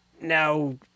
now